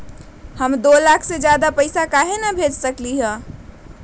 हम दो लाख से ज्यादा पैसा काहे न भेज सकली ह?